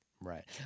Right